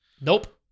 Nope